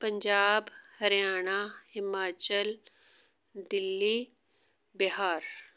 Punjab Haryana Himachal Delhi Bihar